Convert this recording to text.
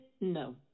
No